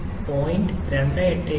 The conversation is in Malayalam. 287 കിലോ ജൂൾ ആണ്